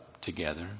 together